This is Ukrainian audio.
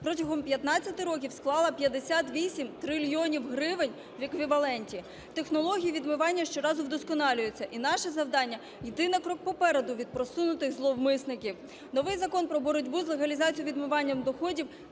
протягом 15 років, склала 58 трильйонів гривень в еквіваленті. Технології відмивання щоразу вдосконалюються, і наше завдання – йти на крок попереду від просунутих зловмисників. Новий Закон про боротьбу з легалізацією (відмиванням) доходів